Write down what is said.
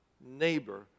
neighbor